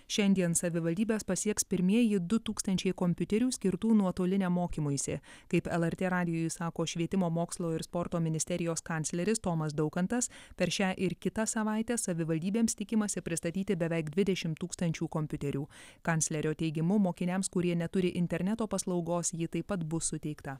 šiandien savivaldybes pasieks pirmieji du tūkstančiai kompiuterių skirtų nuotoliniam mokymuisi kaip lrt radijui sako švietimo mokslo ir sporto ministerijos kancleris tomas daukantas per šią ir kitą savaitę savivaldybėms tikimasi pristatyti beveik dvidešimt tūkstančių kompiuterių kanclerio teigimu mokiniams kurie neturi interneto paslaugos ji taip pat bus suteikta